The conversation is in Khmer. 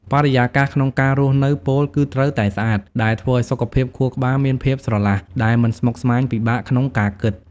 បរិយាកាសក្នុងការរស់នៅពោលគឺត្រូវតែស្អាត ដែលធ្វើសុខភាពខួរក្បាលមានភាពស្រឡះដែលមិនស្មុគស្មាញពិបាកក្នុងការគិត។